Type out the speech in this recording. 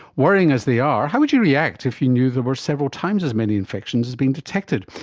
worrying as they are, how would you react if you knew there were several times as many infections as being detected,